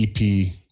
EP